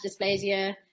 dysplasia